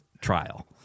trial